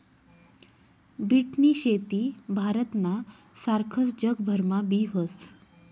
बीटनी शेती भारतना सारखस जगभरमा बी व्हस